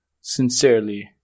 Sincerely